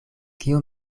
kio